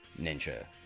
Ninja